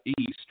East